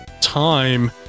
time